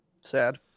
Sad